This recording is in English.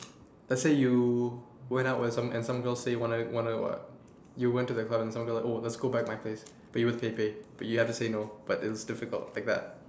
let's say you went out with some and some girls say wanna wanna what you went to the club and some girl oh let's go back my place but you but you had to say no but it's difficult like that